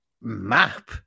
map